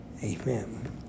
Amen